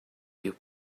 you